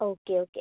okay okay